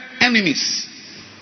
enemies